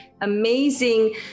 amazing